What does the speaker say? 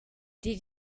did